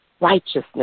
righteousness